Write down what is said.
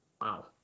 Wow